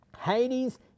Hades